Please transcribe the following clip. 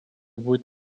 будет